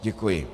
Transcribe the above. Děkuji.